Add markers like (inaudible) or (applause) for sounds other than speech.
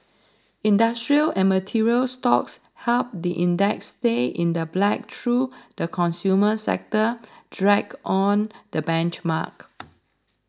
industrial and material stocks helped the index stay in the black though the consumer sector dragged on the benchmark (noise)